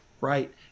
right